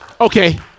Okay